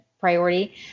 priority